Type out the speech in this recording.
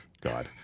God